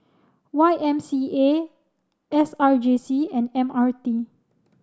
Y M C A S R J C and M R T